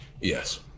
Yes